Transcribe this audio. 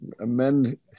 amend